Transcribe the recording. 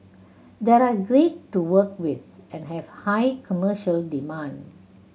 they are great to work with and have high commercial demand